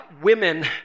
Women